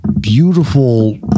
beautiful